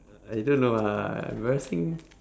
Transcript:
I I don't know ah embarrassing